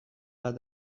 bat